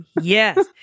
yes